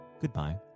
goodbye